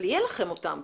אבל יהיה לכם אותם.